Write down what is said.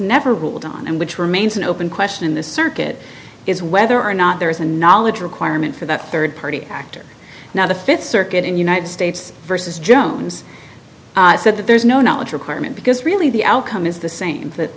never ruled on and which remains an open question in this circuit is whether or not there is a knowledge requirement for that third party actor now the fifth circuit in united states versus jones said that there's no knowledge requirement because really the outcome is the same t